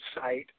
site